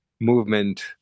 movement